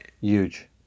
huge